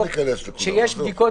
שיש בדיקות